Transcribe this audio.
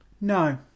No